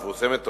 היא מפורסמת,